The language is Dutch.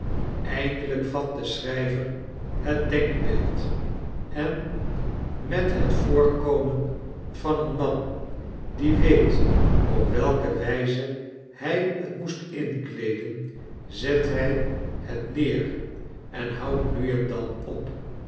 eindelijk vat de schrijver het denkbeeld en met het voorkomen van een man die weet op welke wijze hij het moest inkleeden zet hij het neer en houdt nu en dan op